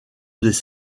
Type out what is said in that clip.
des